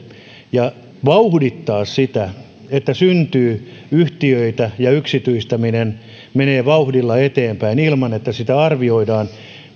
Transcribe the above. ja vauhdittaa sitä että syntyy yhtiöitä ja yksityistäminen menee vauhdilla eteenpäin ilman että sitä arvioidaan